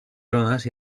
zones